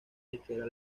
disquera